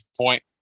point